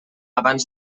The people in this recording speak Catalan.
abans